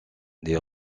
des